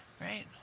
right